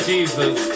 Jesus